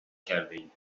کردهایم